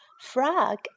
Frog